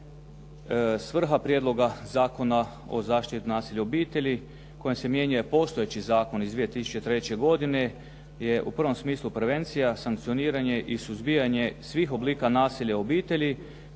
Svrha Prijedloga Zakona o zaštiti od nasilja u obitelji kojim se mijenja postojeći zakon iz 2003. godine, je u prvom smislu prevencija, sankcioniranje i suzbijanje svih oblika nasilja u obitelji